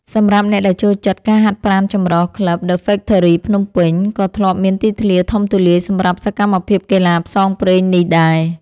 សម្រាប់អ្នកដែលចូលចិត្តការហាត់ប្រាណចម្រុះ ក្លឹប ដឹ ហ្វ៊ែកថឺរី ភ្នំពេញ ក៏ធ្លាប់មានទីធ្លាធំទូលាយសម្រាប់សកម្មភាពកីឡាផ្សងព្រេងនេះដែរ។